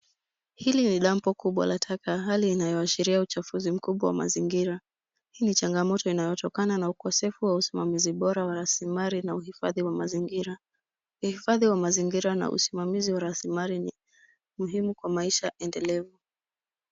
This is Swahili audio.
Hili ni dampo kubwa la taka. Hali inayoashiria uchafuzi mkubwa wa mazingira. Hii ni changamoto inayotokana na ukosefu wa usimamizi bora wa rasilimali na uhifadhi wa mazingira. Uhifadhi wa mazingira na usimamizi wa rasilimali ni muhimu kwa maisha endelevu.